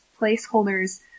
placeholders